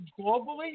globally